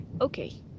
Okay